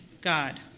God